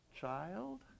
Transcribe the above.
child